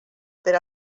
per